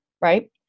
right